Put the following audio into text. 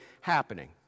happening